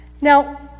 now